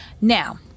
Now